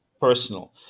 personal